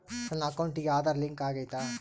ನನ್ನ ಅಕೌಂಟಿಗೆ ಆಧಾರ್ ಲಿಂಕ್ ಆಗೈತಾ?